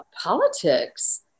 politics